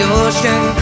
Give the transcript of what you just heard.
ocean